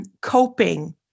coping